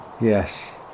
Yes